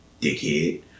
dickhead